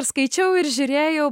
skaičiau ir žiūrėjau